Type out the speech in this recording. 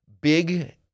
big